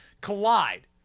collide